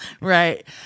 Right